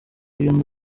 ibintu